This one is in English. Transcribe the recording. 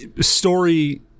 story